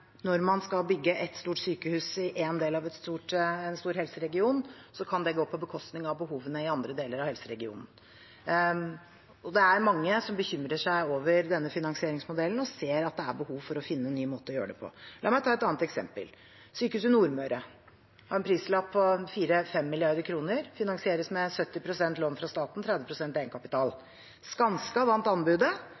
når man skal bygge et stort sykehus i en del av en stor helseregion, kan det gå på bekostning av behovene i andre deler av helseregionen. Det er mange som bekymrer seg over denne finansieringsmodellen og ser at det er behov for å finne nye måter å gjøre det på. La meg ta et annet eksempel. Sjukehuset Nordmøre og Romsdal har en prislapp på 4–5 mrd. kr og finansieres med 70 pst. lån fra staten og 30 pst. egenkapital.